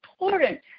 important